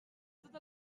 tot